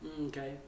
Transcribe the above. okay